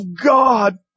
God